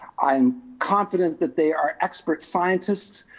i'm confident that they are expert scientists.